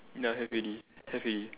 ya have already have already